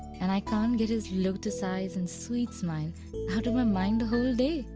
and i can't get his lotus eyes and sweet smile out of my mind the whole day!